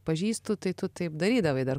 pažįstu tai tu taip darydavai dar